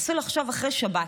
נסו לחשוב, אחרי שבת,